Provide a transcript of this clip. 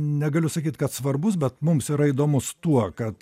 negaliu sakyt kad svarbus bet mums yra įdomus tuo kad